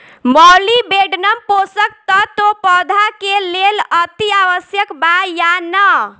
Molybdenum पोषक तत्व पौधा के लेल अतिआवश्यक बा या न?